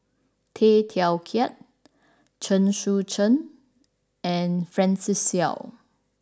Tay Teow Kiat Chen Sucheng and Francis Seow